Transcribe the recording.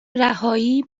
رهایی